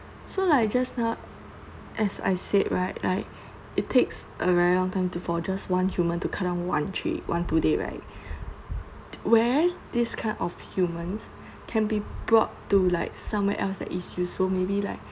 so like just no~ as I said right like it takes avery long time to for just one human to cut down one tree one two days right whereas this kind of humans can be brought to like somewhere else that is useful maybe like